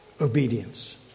Obedience